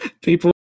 People